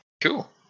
Cool